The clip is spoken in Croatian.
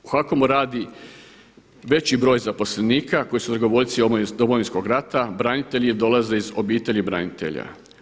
U HAKOM-u radi veći broj zaposlenika koji su dragovoljci Domovinskog rata, branitelji ili dolaze obitelji branitelja.